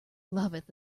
loveth